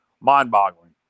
mind-boggling